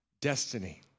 destiny